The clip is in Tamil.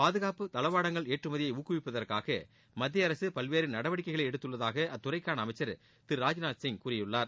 பாதுகாப்பு தளவாடங்கள் ஏற்றுமதியை ஊக்குவிப்பதற்காக மத்திய அரசு பல்வேறு நடவடிக்கைகளை எடுத்துள்ளதாக அத்துறைக்கான அமைச்சர் திரு ராஜ்நாத் சிங் கூறியுள்ளார்